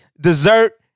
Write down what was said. dessert